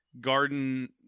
garden